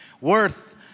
worth